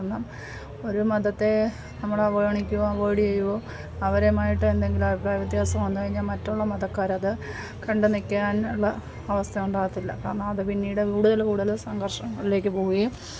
എന്നാൽ ഒരു മതത്തെ നമ്മൾ അവഗണിക്കുവോ അവോയ്ഡ് ചെയ്യുവോ അവരുമായിട്ടെന്തെങ്കിലും അഭിപ്രായ വ്യത്യാസം വന്ന് കഴിഞ്ഞാൽ മറ്റുള്ള മതക്കാരത് കണ്ട് നിൽക്കാൻ ഉള്ള അവസ്ഥ ഉണ്ടാകത്തില്ല കാരണമത് പിന്നീട് കൂടുതൽ കൂടുതൽ സംഘർഷങ്ങളിലേക്ക് പോവുകയും